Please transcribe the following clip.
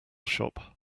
shop